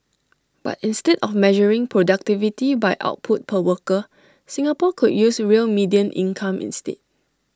but instead of measuring productivity by output per worker Singapore could use real median income instead